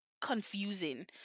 confusing